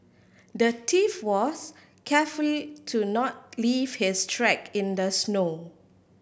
the thief was careful to not leave his track in the snow